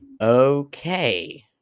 okay